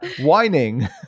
Whining